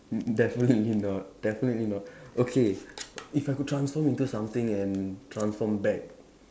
d~ definitely not definitely not okay if I could transform into something and transform back